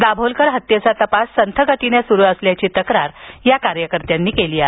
दाभोलकर हत्येचा तपास संथ गतीने सुरू असल्याची तक्रार या कार्यकर्त्यांनी केली आहे